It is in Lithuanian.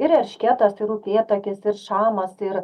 ir erškėtas ir upėtakis ir šamas ir